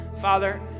Father